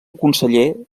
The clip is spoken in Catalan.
conseller